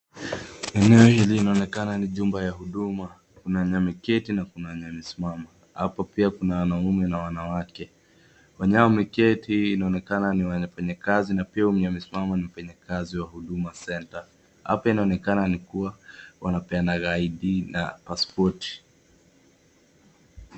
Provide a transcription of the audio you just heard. Eneo hili inaonekana ni jumba la huduma, kuna wenye wameketi na kuna wenye wamesimama. Hapo pia kuna wanaume na wanawake. Wenye wameketi inaonekana ni wafanyikazi na pia wenye wamesimama ni wafanyikazi wa huduma centre . Hapa inaonekana ni kuwa wanapeana gaidi na paspoti.